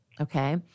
okay